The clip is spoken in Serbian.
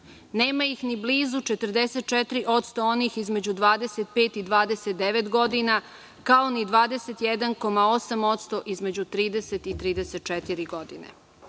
Nema ih ni blizu 44% onih između 25 i 29 godina, kao ni 21,8% između 30 i 34 godine.